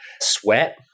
sweat